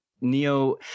Neo